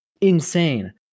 insane